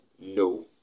no